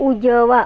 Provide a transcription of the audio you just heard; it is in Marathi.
उजवा